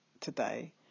today